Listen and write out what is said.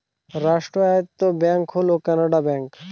রাষ্ট্রায়ত্ত ব্যাঙ্ক হল কানাড়া ব্যাঙ্ক